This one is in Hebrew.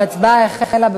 ההצבעה החלה.